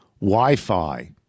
Wi-Fi